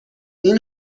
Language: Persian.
این